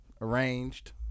arranged